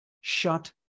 shut